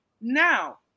Now